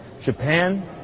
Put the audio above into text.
Japan